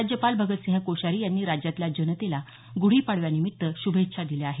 राज्यपाल भगतसिंह कोश्यारी यांनी राज्यातल्या जनतेला ग्रढीपाडव्यानिमित्त श्रभेच्छा दिल्या आहेत